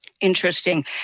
Interesting